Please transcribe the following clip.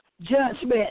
judgment